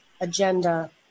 agenda